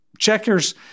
Checkers